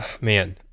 man